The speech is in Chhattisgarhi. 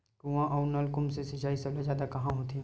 कुआं अउ नलकूप से सिंचाई सबले जादा कहां होथे?